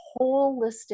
holistic